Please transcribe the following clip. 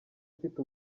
mfite